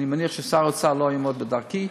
אני מניח ששר האוצר לא יעמוד בדרכי.